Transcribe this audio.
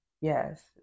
Yes